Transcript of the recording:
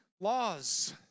laws